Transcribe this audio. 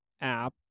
app